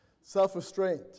Self-restraint